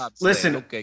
Listen